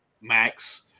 Max